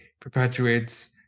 perpetuates